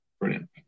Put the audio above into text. Brilliant